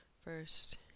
first